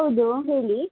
ಹೌದು ಹೇಳಿ